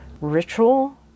ritual